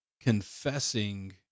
confessing